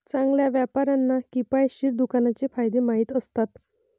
चांगल्या व्यापाऱ्यांना किफायतशीर दुकानाचे फायदे माहीत असतात